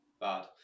bad